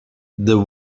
the